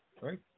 Right